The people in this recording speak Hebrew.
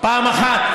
פעם אחת.